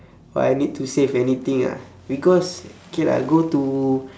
or I need to save anything ah because K lah go to